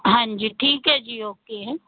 ਹਾਂਜੀ ਠੀਕ ਹੈ ਜੀ ਓਕੇ